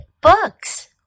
books